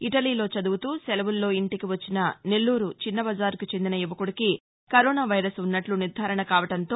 ఇటలీలో చదుపుతూ సెలవుల్లో ఇంటికి వచ్చిన నెల్లూరు చిన్నబజారుకి చెందిన యువకుడికి కరోనా వైరస్ ఉన్నట్టు నిర్దారణ కావడంతో